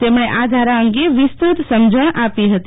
તેમણે આ ધારા અંગે વિસ્તૃત સમજણ આપી હતી